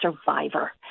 survivor